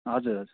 हजुर